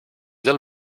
dal